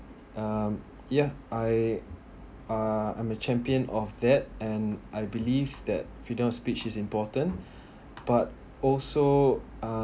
um ya i uh I'm a champion of that and i believe that freedom of speech is important but also uh